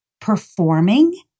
performing